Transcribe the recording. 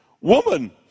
woman